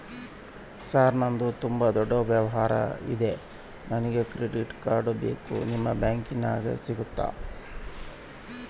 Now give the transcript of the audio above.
Sir ನಂದು ತುಂಬಾ ದೊಡ್ಡ ವ್ಯವಹಾರ ಇದೆ ನನಗೆ ಕ್ರೆಡಿಟ್ ಕಾರ್ಡ್ ಬೇಕು ನಿಮ್ಮ ಬ್ಯಾಂಕಿನ್ಯಾಗ ಸಿಗುತ್ತಾ?